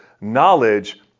knowledge